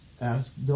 ask